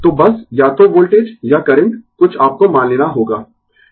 तो बस या तो वोल्टेज या करंट कुछ आपको मान लेना होगा